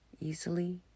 Easily